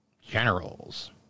generals